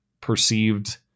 perceived